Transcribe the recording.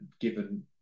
given